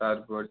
তারপর